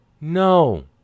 No